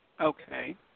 okay